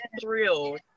thrilled